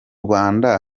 rwanda